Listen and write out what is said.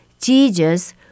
Jesus